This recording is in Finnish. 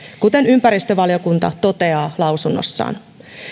kuten ympäristövaliokunta toteaa lausunnossaan